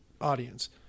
audience